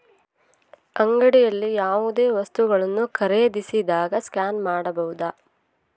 ಅಂಗಡಿಯಲ್ಲಿ ಯಾವುದೇ ವಸ್ತುಗಳನ್ನು ಖರೇದಿಸಿದಾಗ ಸ್ಕ್ಯಾನ್ ಮಾಡಬಹುದಾ?